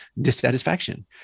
dissatisfaction